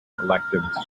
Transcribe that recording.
elective